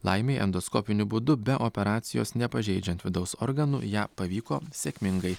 laimei endoskopiniu būdu be operacijos nepažeidžiant vidaus organų ją pavyko sėkmingai